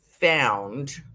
found